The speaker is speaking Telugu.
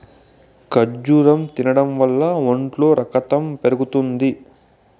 ఖర్జూరం తినడం వల్ల ఒంట్లో రకతం పెరుగుతుంది